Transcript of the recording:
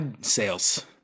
sales